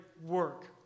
work